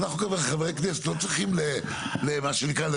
ואנחנו חברי הכנסת לא צריכים מה שנקרא,